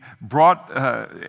brought